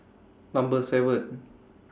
Number seven